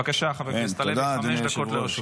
בבקשה, חבר הכנסת הלוי, חמש דקות לרשותך.